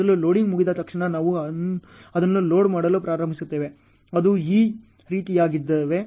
ಮೊದಲ ಲೋಡಿಂಗ್ ಮುಗಿದ ತಕ್ಷಣ ನಾವು ಅದನ್ನು ಲೋಡ್ ಮಾಡಲು ಪ್ರಾರಂಭಿಸುತ್ತೇವೆ ಅದು ಈ ರೀತಿಯದ್ದಾಗಿದೆ